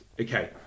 okay